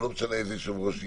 ולא משנה איזה יושב-ראש יהיה,